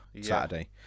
Saturday